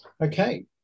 Okay